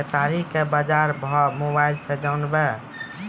केताड़ी के बाजार भाव मोबाइल से जानवे?